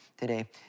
today